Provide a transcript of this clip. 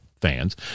fans